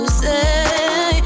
say